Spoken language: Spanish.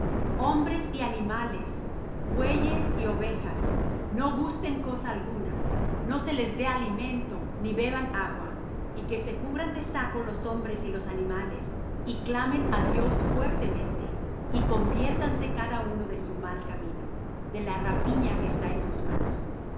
hombres y animales bueyes y ovejas no gusten cosa alguna no se les dé alimento ni beban agua y que se cubran de saco los hombres y los animales y clamen á dios fuertemente y conviértase cada uno de su mal camino de la rapiña que está en sus manos